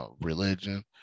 religion